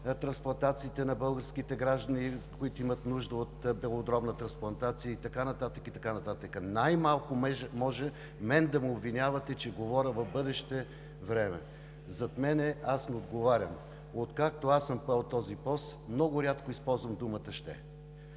трансплантациите на българските граждани, които имат нужда от белодробна трансплантация, и така нататък, и така нататък. Най-малко мен може да ме обвинявате, че говоря в бъдеще време. Аз не отговарям зад мен. Откакто аз съм поел този пост, много рядко използвам думата „ще“.